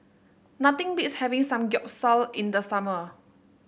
nothing beats having Samgeyopsal in the summer